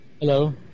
Hello